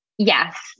Yes